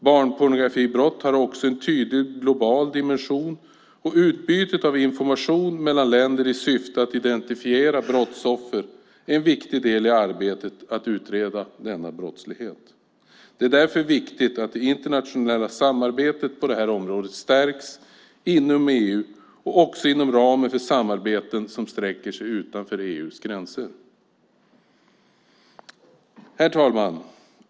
Barnpornografibrott har en tydlig global dimension, och utbytet av information mellan länder i syfte att identifiera brottsoffer är en viktig del i arbetet för att utreda denna brottslighet. Det är därför viktigt att det internationella samarbetet på detta område stärks inom EU och också inom ramen för samarbeten som sträcker sig utanför EU:s gränser. Herr talman!